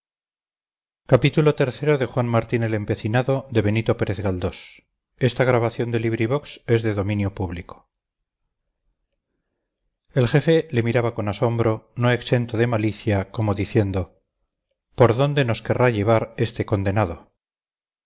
el jefe le miraba con asombro no exento de malicia como diciendo por dónde nos querrá llevar este condenado